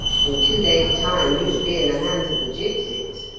in two days' time you would be in the hands of the gipsies.